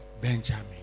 Benjamin